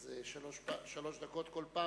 זה שלוש דקות כל פעם.